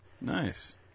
Nice